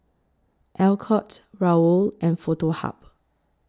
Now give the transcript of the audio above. Alcott Raoul and Foto Hub